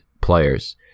players